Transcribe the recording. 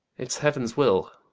it's heauens will,